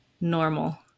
normal